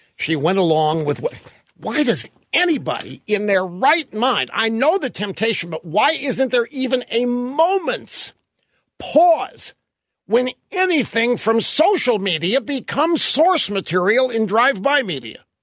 she went along with it why does anybody in their right mind i know the temptation, but why isn't there even a moment's pause when anything from social media becomes source material in drive-by media?